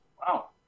Wow